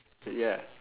ya